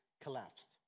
collapsed